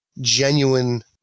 genuine